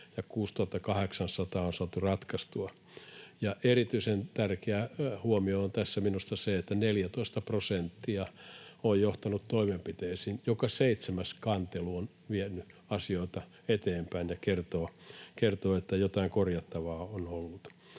ja 6 800 on saatu ratkaistua. Erityisen tärkeä huomio on tässä minusta se, että 14 prosenttia on johtanut toimenpiteisiin. Joka seitsemäs kantelu on vienyt asioita eteenpäin, ja se kertoo, että jotain korjattavaa on kyllä